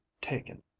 taken